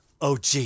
OG